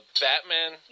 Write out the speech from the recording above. batman